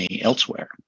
elsewhere